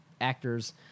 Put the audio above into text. actors